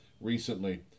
recently